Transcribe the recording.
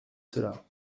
cela